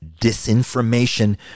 disinformation